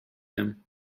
them